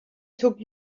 took